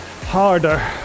harder